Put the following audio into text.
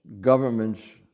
governments